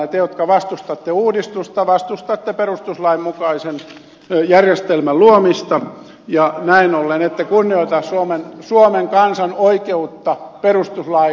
te jotka vastustatte uudistusta vastustatte perustuslain mukaisen järjestelmän luomista ja näin ollen ette kunnioita suomen kansan oikeutta perustuslain edessä